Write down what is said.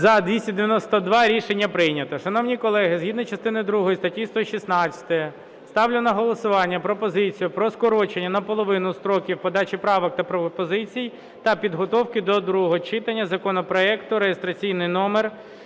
За-292 Рішення прийнято. Шановні колеги, згідно частини другої статті 116 ставлю на голосування пропозицію про скорочення наполовину строків подачі правок та пропозицій та підготовки до другого читання законопроекту реєстраційний номер